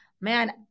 man